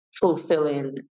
fulfilling